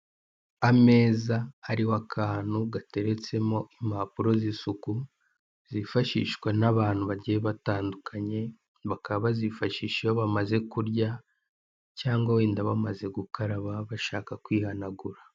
Ameza ariho akantu gateretsemo impapuro z'isuku, zifashishwa n'abantu bagiye batandukanye bakaba bazifashisha iyo bamaze kurya, cyangwa wenda bamaze gukaraba bashaka kwihanagura.